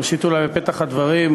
ראשית אולי, בפתח הדברים,